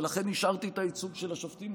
ולכן השארתי את הייצוג של השופטים,